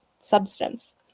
substance